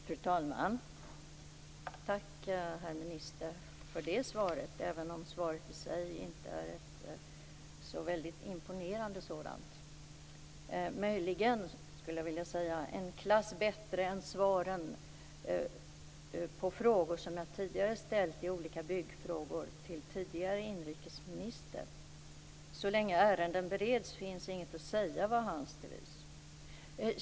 Fru talman! Tack, herr minister, för det svaret, även om svaret i sig inte är ett särskilt imponerande sådant. Möjligen skulle jag vilja säga att det är en klass bättre än svaren på frågor som jag förut ställt i olika byggfrågor till tidigare inrikesministern. Så länge ärenden bereds finns inget att säga, var hans devis.